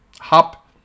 Hop